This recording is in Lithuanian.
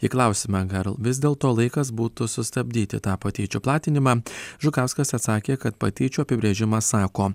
į klausimą gal vis dėlto laikas būtų sustabdyti tą patyčių platinimą žukauskas atsakė kad patyčių apibrėžimas sako